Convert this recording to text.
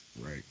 Right